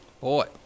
boy